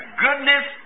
goodness